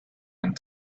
and